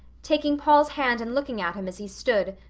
taking paul's hand and looking at him as he stood,